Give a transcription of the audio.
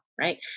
right